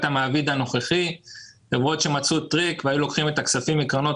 המעביד הנוכחי למרות שמצאו טריק והיו לוקחים את הכספים מקרנות